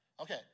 Okay